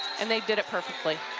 and they did it perfectly.